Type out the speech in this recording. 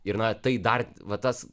ir na tai dar va tas